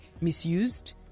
misused